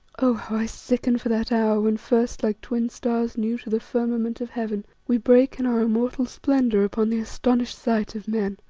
oh! how i sicken for that hour when first, like twin stars new to the firmament of heaven, we break in our immortal splendour upon the astonished sight of men.